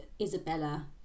Isabella